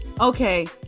Okay